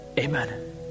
Amen